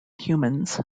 humans